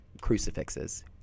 crucifixes